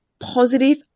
positive